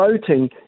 voting